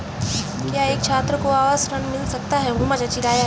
क्या एक छात्र को आवास ऋण मिल सकता है?